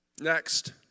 Next